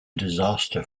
disaster